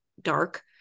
dark